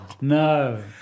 No